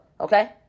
okay